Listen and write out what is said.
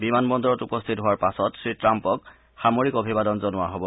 বিমান বন্দৰত উপস্থিত হোৱাৰ পাছত শ্ৰীট্টাম্পক সামৰিক অভিবাদন জনোৱা হ'ব